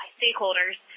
stakeholders